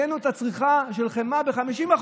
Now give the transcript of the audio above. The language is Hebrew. העלינו את הצריכה של חמאה ב-50%.